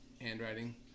handwriting